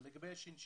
לגבי השין-שינים.